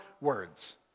words